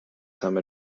some